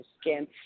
skin